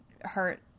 hurt